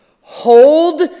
Hold